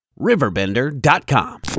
Riverbender.com